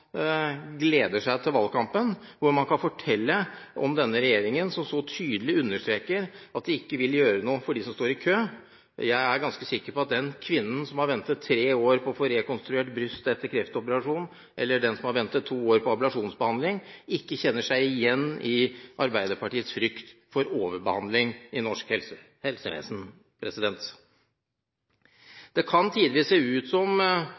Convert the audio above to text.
gleder seg til valgkampen, hvor man kan fortelle om denne regjeringen som så tydelig understreker at de ikke vil gjøre noe for dem som står i kø. Jeg er ganske sikker på at den kvinnen som har ventet i tre år på å få rekonstruert brystet etter en kreftoperasjon, eller den som har ventet i to år på ablasjonsbehandling, ikke kjenner seg igjen i Arbeiderpartiets frykt for overbehandling i norsk helsevesen. Det kan tidvis se ut som